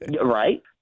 Right